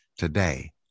Today